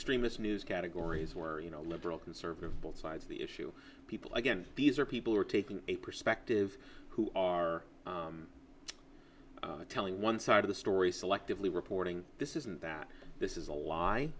stream us news categories where you know liberal conservative both sides of the issue people again these are people who are taking a perspective who are telling one side of the story selectively reporting this isn't that this is a lie